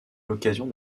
l’occasion